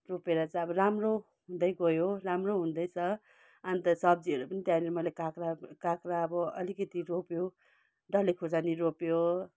रोपेर चाहिँ अब राम्रो हुँदै गयो राम्रो हुँदैछ अन्त सब्जीहरू पनि त्यहाँनिर मैले काँक्रा काँक्रा अब अलिकति रोप्यो डल्ले खुर्सानी रोप्यो